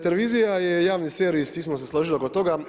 Televizija je javni servis, svi smo se složili oko toga.